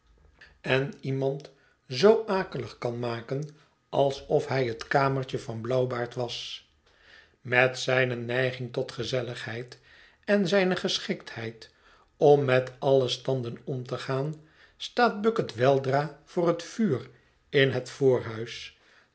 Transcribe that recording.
en iemand zoo akelig kan maken alsof hij het kamertje van blauwbaard was met zijne neiging tot gezelligheid en zijne geschiktheid om met alle standen om te gaan staat bucket weldra voor het vuur in het